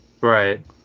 Right